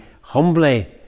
humbly